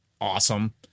awesome